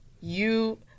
you-